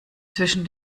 zwischen